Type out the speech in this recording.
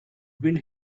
wind